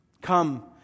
Come